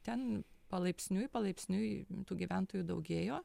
ten palaipsniui palaipsniui tų gyventojų daugėjo